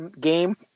game